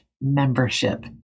membership